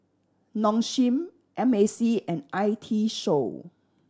Nong Shim M A C and I T Show